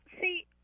see